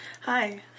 Hi